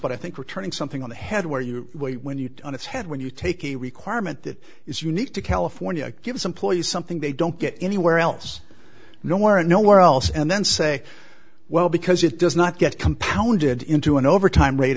but i think returning something on the head where you when you get on its head when you take a requirement that is unique to california gives employees something they don't get anywhere else nowhere and nowhere else and then say well because it does not get compounded into an overtime rate